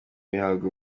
bihabwa